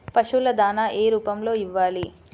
పశువుల దాణా ఏ రూపంలో ఇవ్వాలి?